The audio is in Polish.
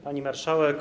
Pani Marszałek!